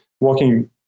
walking